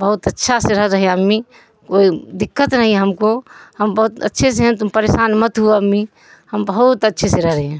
بہت اچھا سے رہ رہے امی کوئی دقت نہیں ہم کو ہم بہت اچھے سے ہیں تم پریشان مت ہو امی ہم بہت اچھے سے رہ رہے ہیں